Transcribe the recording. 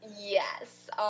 Yes